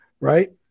right